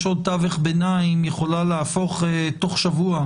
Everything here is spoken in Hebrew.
עוד תווך ביניים יכולה להפוך בתוך שבוע,